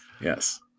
Yes